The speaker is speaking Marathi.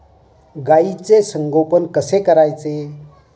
गाईचे संगोपन कसे करायचे?